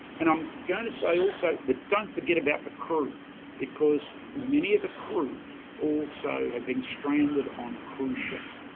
and i'm going to say also that don't forget about the crew because many of the crew also have been stranded on cruise ships.